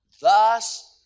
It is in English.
Thus